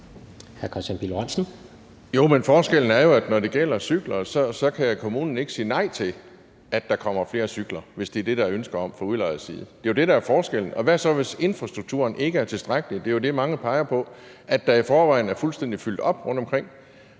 Kristian Pihl Lorentzen (V): Jo, men forskellen er jo, at når det gælder cykler, så kan kommunen ikke sige nej til, at der kommer flere cykler, hvis det er det, der er ønske om fra udlejers side. Det er jo det, der er forskellen. Og hvad så hvis infrastrukturen ikke er tilstrækkelig? Det er jo det, mange peger på: At der i forvejen er fuldstændig fyldt op rundtomkring.